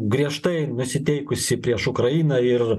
griežtai nusiteikusi prieš ukrainą ir